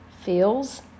feels